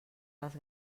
les